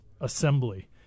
assembly